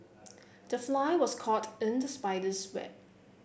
the fly was caught in the spider's web